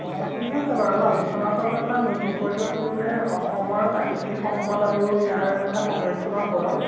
অঁ ঠিক আছে বাৰু আলোচনা চক্ৰৰ আপোনাৰ মূল বিষয়টো আছিল অসমৰ প্ৰাকৃতিক সম্পদ আৰু ইয়াৰ মানে সংৰক্ষণৰ ওপৰত